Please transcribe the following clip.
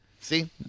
See